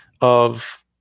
of-